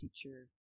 teacher